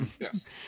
yes